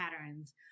patterns